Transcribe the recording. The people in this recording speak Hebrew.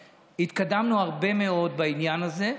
התקדמנו הרבה מאוד בעניין הזה.